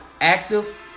active